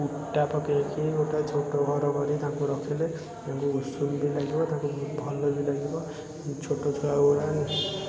କୁଟା ପକେଇକି ଗୋଟେ ଛୋଟ ଘର କରି ତାକୁ ରଖିଲେ ଏମିତି ଉଷୁମ ବି ଲାଗିବ ତାଙ୍କୁ ଭଲ ବି ଲାଗିବ ଛୋଟ ଛୁଆ ଗୁଡ଼ା